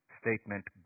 statement